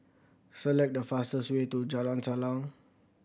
select the fastest way to Jalan Salang